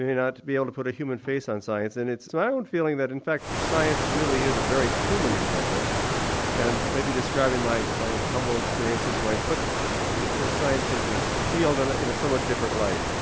not be able to put a human face on science and it's it's my ah and feeling that in fact science really is a very human endeavour and maybe describing my my humble experiences might put the whole scientific field and in a somewhat different light.